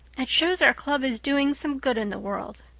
it shows our club is doing some good in the world.